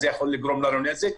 זה יכול לגרום לנו נזק.